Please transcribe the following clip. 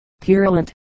purulent